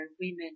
women